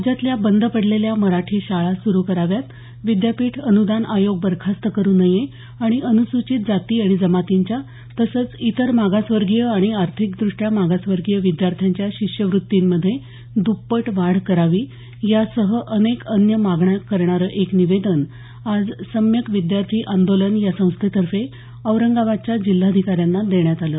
राज्यातल्या बंद पडलेल्या मराठी शाळा सुरू कराव्यात विद्यापीठ अनुदान आयोग बरखास्त करू नये आणि अनुसूचित जाती आणि जमातींच्या तसंच इतर मागासवर्गीय आणि आर्थिकदृष्ट्या मागासवर्गीय विद्यार्थ्यांच्या शिष्यवृत्तींमध्ये दृप्पट वाढ करावी यासह अनेक अन्य मागण्या करणारं एक निवेदन आज सम्यक विद्यार्थी आंदोलन या संस्थेतर्फे औरंगाबादच्या जिल्हाधिकाऱ्यांना देण्यात आलं